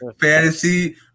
Fantasy